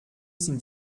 sind